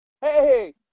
Hey